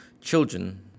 children